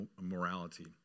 morality